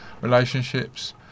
relationships